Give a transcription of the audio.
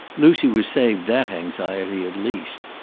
lucy was saved that anxiety, at least.